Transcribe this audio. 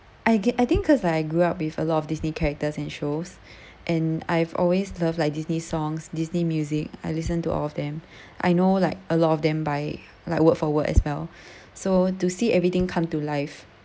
I g~ I think cause like I grew up with a lot of disney characters and shows and I've always loved like disney songs disney music I listen to all of them I know like a lot of them by like word for word as well so to see everything come to life